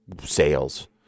sales